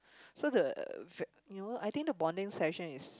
so the you know I think the bonding session is